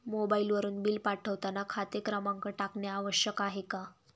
मोबाईलवरून बिल पाठवताना खाते क्रमांक टाकणे आवश्यक आहे का?